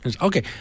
Okay